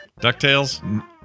DuckTales